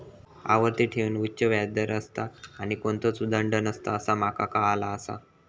आवर्ती ठेवींवर उच्च व्याज दर असता आणि कोणतोच दंड नसता असा माका काळाला आसा